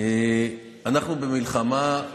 אנחנו במלחמה,